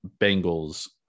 Bengals